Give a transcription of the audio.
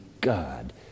God